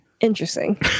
Interesting